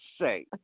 say